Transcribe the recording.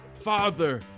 father